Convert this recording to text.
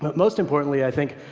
most importantly, i think,